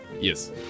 Yes